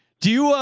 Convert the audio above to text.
do you,